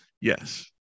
Yes